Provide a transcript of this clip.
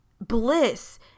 bliss